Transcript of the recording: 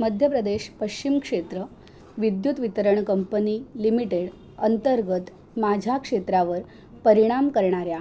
मध्य Pradesh Paschim Kshetra Vidyut Vitaran company limited अंतर्गत माझ्या क्षेत्रावर परिणाम करणाऱ्या